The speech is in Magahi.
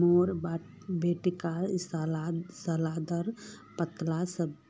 मोर बेटाक सलादेर